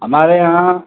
हमारे यहाँ